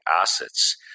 assets